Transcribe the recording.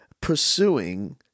pursuing